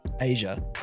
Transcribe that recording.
Asia